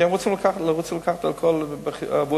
כי הם רצו לרוץ ולקחת עבור החיסונים.